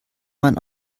man